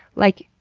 like,